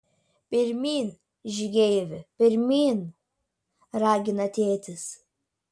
pirmyn žygeivi pirmyn ragina tėtis